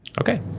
Okay